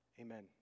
amen